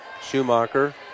Schumacher